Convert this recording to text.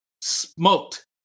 smoked